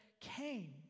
came